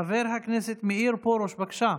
חבר הכנסת מאיר פרוש, בבקשה.